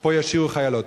פה ישירו חיילות.